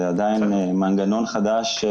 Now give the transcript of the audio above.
זה עדיין מנגנון חדש.